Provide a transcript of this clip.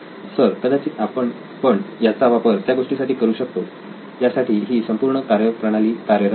sir कदाचित आपण पण याचा वापर त्या गोष्टीसाठी करू शकतो यासाठी ही संपूर्ण कार्यप्रणाली कार्यरत आहे